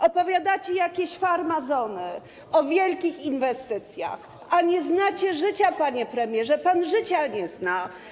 Opowiadacie jakieś farmazony o wielkich inwestycjach, a nie znacie życia, panie premierze, pan życia nie zna.